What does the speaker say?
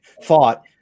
fought